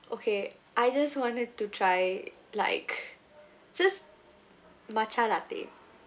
okay I just wanted to try like just matcha latte